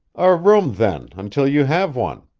a room, then, until you have one.